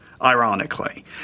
Ironically